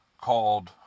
called